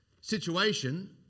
situation